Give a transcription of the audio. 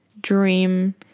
dream